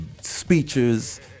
speeches